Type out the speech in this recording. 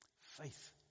Faith